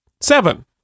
Seven